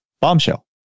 bombshell